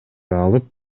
алып